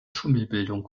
schimmelbildung